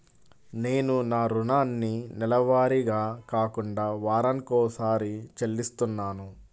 నేను నా రుణాన్ని నెలవారీగా కాకుండా వారానికోసారి చెల్లిస్తున్నాను